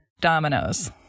dominoes